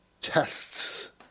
tests